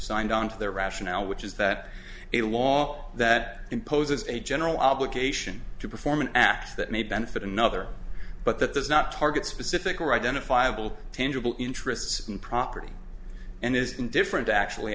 signed on to their rationale which is that a law that imposes a general obligation to perform an act that may benefit another but that does not target specific or identifiable tangible interests and property and is indifferent actually